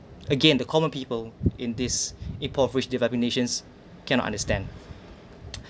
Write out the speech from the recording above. again the common people in this impoverished developing nations cannot understand